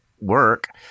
work